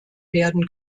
werden